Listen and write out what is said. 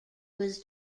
was